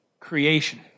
Creation